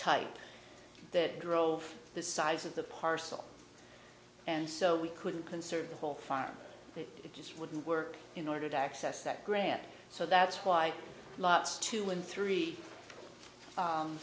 type that drove the size of the parcel and so we couldn't conserve the whole farm it just wouldn't work in order to access that grant so that's why lots two and three